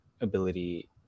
ability